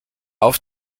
auf